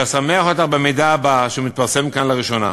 שאשמח אותך במידע הבא, שמתפרסם כאן לראשונה: